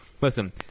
listen